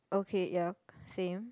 okay ya same